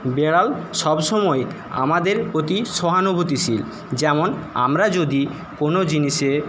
বিড়াল সবসময় আমাদের প্রতি সহানুভূতিশীল যেমন আমরা যদি কোন জিনিসে